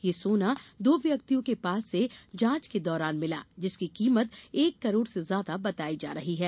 यह सोना दो व्यक्तियों के पास से जांच के दौरान मिला जिसकी कीमत एक करोड़ से ज्यादा बताई जा रही है